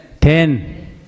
Ten